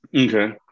okay